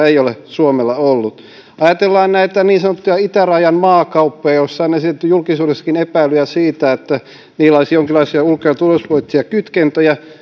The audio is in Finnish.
ei ole suomella ollut jos ajatellaan näitä niin sanottuja itärajan maakauppoja joista on esitetty julkisuudessakin epäilyjä siitä että niillä olisi jonkinlaisia ulko ja turvallisuuspoliittisia kytkentöjä